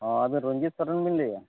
ᱟᱵᱮᱱ ᱨᱚᱱᱡᱤᱛ ᱥᱚᱨᱮᱱ ᱵᱮᱱ ᱞᱟᱹᱭᱮᱟ